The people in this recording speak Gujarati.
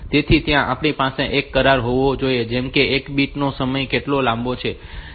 તેથી ત્યાં આપણી પાસે એક કરાર હોવો જોઈએ જેમ કે એક બીટ નો સમય કેટલો લાંબો છે